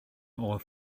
oedd